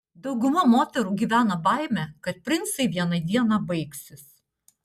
dauguma moterų gyvena baime kad princai vieną dieną baigsis